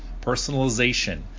Personalization